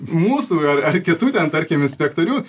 mūsų ar ar kitų ten tarkim inspektorių